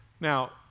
Now